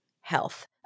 health